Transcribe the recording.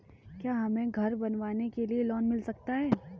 क्या हमें घर बनवाने के लिए लोन मिल सकता है?